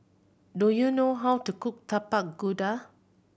do you know how to cook Tapak Kuda